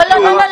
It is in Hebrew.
לא.